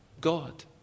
God